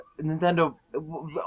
Nintendo